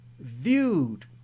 viewed